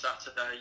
Saturday